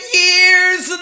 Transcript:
years